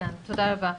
תודה רבה.